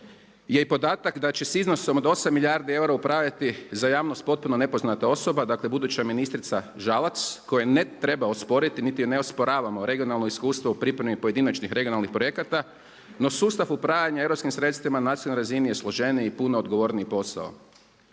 je i podatak da će sa iznosom od 8 milijardi eura upravljati za javnost potpuno nepoznata osoba dakle buduća ministrica Žalac kojoj ne treba osporiti niti joj ne osporavamo regionalno iskustvo u pripremi pojedinačnih regionalnih projekata no sustav upravljanja europskim sredstvima na nacionalnoj razini je složeniji i puno odgovorniji posao.